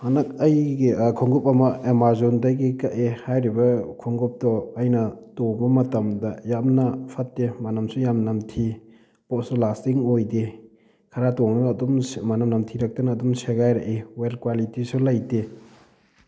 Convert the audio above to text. ꯍꯟꯗꯛ ꯑꯩꯒꯤ ꯈꯣꯡꯎꯞ ꯑꯃ ꯑꯥꯃꯥꯖꯣꯟꯗꯒꯤ ꯀꯛꯑꯦ ꯍꯥꯏꯔꯤꯕ ꯈꯣꯡꯎꯞꯇꯣ ꯑꯩꯅ ꯇꯣꯡꯕ ꯃꯇꯝꯗ ꯌꯥꯝꯅ ꯐꯠꯇꯦ ꯃꯅꯝꯁꯨ ꯌꯥꯝ ꯅꯝꯊꯤ ꯄꯣꯠꯁꯨ ꯂꯥꯁꯇꯤꯡ ꯑꯣꯏꯗꯦ ꯈꯔ ꯇꯣꯡꯉꯒ ꯑꯗꯨꯝ ꯃꯅꯝ ꯅꯝꯊꯤꯔꯛꯇꯅ ꯑꯗꯨꯝ ꯁꯦꯒꯥꯏꯔꯛꯏ ꯋꯦꯜ ꯀ꯭ꯋꯥꯂꯤꯇꯤꯁꯨ ꯂꯩꯇꯦ